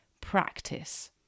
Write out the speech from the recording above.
practice